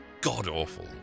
god-awful